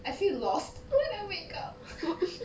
I feel lost when I wake up